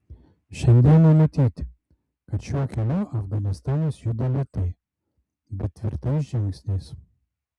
šiandieną matyti kad šiuo keliu afganistanas juda lėtai bet tvirtais žingsniais